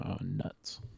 nuts